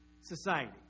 society